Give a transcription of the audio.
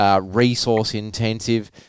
resource-intensive